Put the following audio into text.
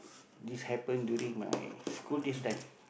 this happen during my school days time